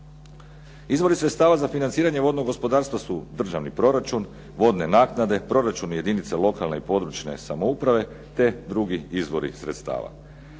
Izvori sredstava za financiranje vodnog gospodarstva su državni proračun, vodne naknade, proračun jedinica lokalne i područne samouprave te drugi izvori sredstava.